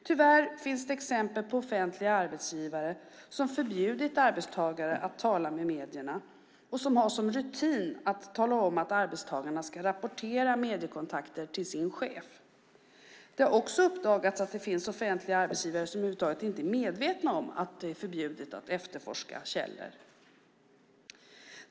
Tyvärr finns det exempel på offentliga arbetsgivare som förbjudit arbetstagare att tala med medierna och som har som rutin att tala om att arbetstagarna ska rapportera mediekontakter till sin chef. Det har också uppdagats att det finns offentliga arbetsgivare som över huvud taget inte är medvetna om att det är förbjudet att efterforska källor.